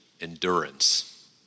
endurance